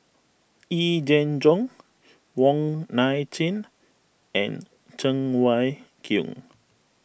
Yee Jenn Jong Wong Nai Chin and Cheng Wai Keung